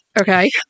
okay